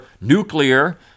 nuclear